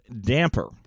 damper